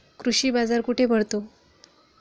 कृषी बाजार कुठे भरतो?